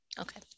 Okay